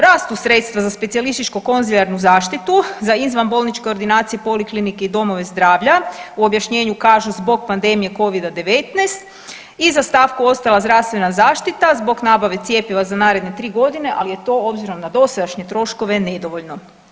Rastu sredstva za specijalističko-konzilijarnu zaštitu, za izvanbolničke ordinacije, poliklinike i domove zdravlja, u objašnjenju kažu zbog pandemije Covid-a 19 i za stavku ostala zdravstvena zaštita zbog nabave cjepiva za naredne 3 godine, ali je to obzirom na dosadašnje troškove nedovoljno.